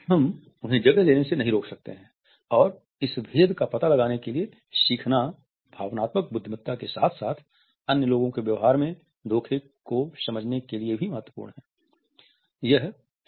हम उन्हें जगह लेने से नहीं रोक सकते हैं और इस भेद का पता लगाने के लिए सीखना भावनात्मक बुद्धिमत्ता के साथ साथ अन्य लोगों के व्यवहार में धोखे को समझने के लिए भी महत्वपूर्ण है